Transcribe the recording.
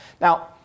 Now